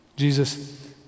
Jesus